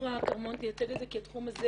עפרה כרמון תייצג את זה כי התחום הזה